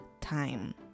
time